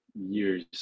years